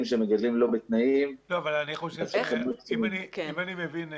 שמגדלים לא בתנאים --- אם אני מבין נכון,